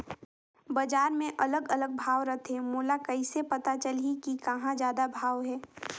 बजार मे अलग अलग भाव रथे, मोला कइसे पता चलही कि कहां जादा भाव हे?